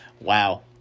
Wow